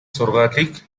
сургаалыг